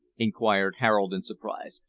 inquired harold in surprise.